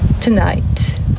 tonight